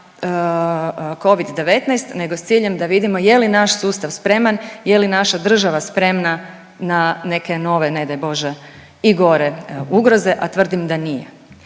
Covid-19 nego s ciljem da vidimo je li naš sustav spreman, je li naša država spremna na neke nove, ne daj Bože i gore ugroze, a tvrdim da nije.